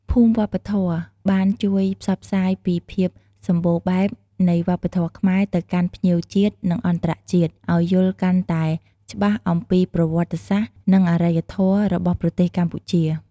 ភូមិវប្បធម៌បានជួយផ្សព្វផ្សាយពីភាពសម្បូរបែបនៃវប្បធម៌ខ្មែរទៅកាន់ភ្ញៀវជាតិ និងអន្តរជាតិ ឲ្យយល់កាន់តែច្បាស់អំពីប្រវត្តិសាស្ត្រ និងអរិយធម៌របស់ប្រទេសកម្ពុជា។